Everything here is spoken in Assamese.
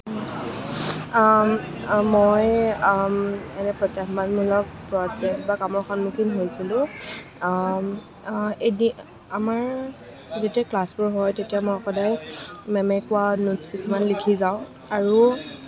মই এনে প্ৰত্যাহ্বানমূলক কামৰ সন্মুখীন হৈছিলোঁ এদি আমাৰ যেতিয়া ক্লাছবোৰ হয় তেতিয়া মই সদায় মেমে কোৱা নোটছ কিছুমান লিখি যাওঁ আৰু